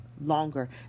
longer